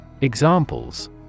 Examples